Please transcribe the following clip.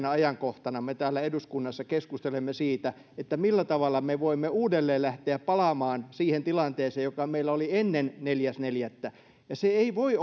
ajankohtana me täällä eduskunnassa keskustelemme siitä millä tavalla me voimme uudelleen lähteä palaamaan siihen tilanteeseen joka meillä oli ennen neljäs neljättä se ei voi